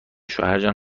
شوهرجان